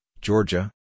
Georgia